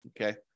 Okay